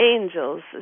angels